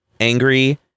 angry